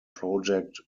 project